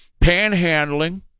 panhandling